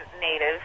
native